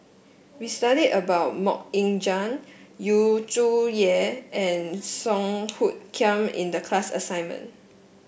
we studied about MoK Ying Jang Yu Zhuye and Song Hoot Kiam in the class assignment